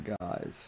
guys